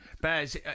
Baz